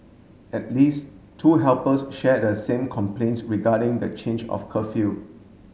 at least two helpers share the same complaint regarding the change of curfew